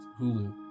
Hulu